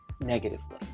negatively